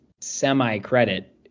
semi-credit